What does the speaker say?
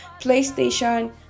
PlayStation